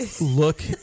look